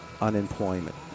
unemployment